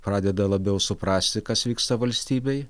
pradeda labiau suprasti kas vyksta valstybėj